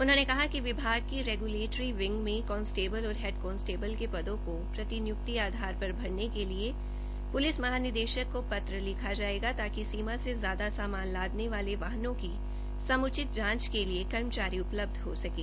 उन्होंने कहा कि विभाग के रेगुलेटरी विंग में कांस्टेबल और हैड कांस्टेबल के पदों को प्रति नियुक्ति आधार पर भरने के लिए पुलिस महानिदेशक को पत्र लिखा जायेगा ताकि सीमा से ज्यादा सामान लादने वाले वाहनों की समुचित जांच के लिए कर्मचारी उपलब्ध हो सकें